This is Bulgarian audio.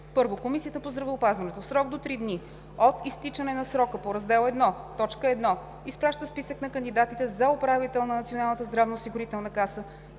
1. Комисията по здравеопазването в срок до три дни от изтичане на срока по Раздел I, т. 1 изпраща списък на кандидатите за управител на